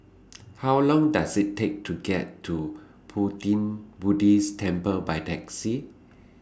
How Long Does IT Take to get to Pu Ting Pu Ti Buddhist Temple By Taxi